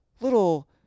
little